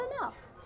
enough